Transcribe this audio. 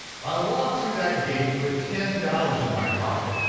i walked through that gate with ten dollars in my pocket.